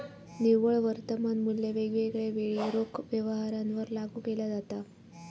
निव्वळ वर्तमान मुल्य वेगवेगळ्या वेळी रोख व्यवहारांवर लागू केला जाता